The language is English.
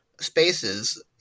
spaces